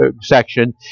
section